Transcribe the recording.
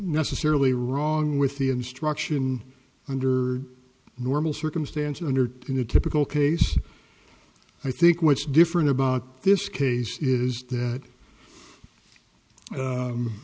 necessarily wrong with the instruction under normal circumstances under in a typical case i think what's different about this case is that